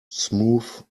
smooth